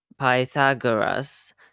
Pythagoras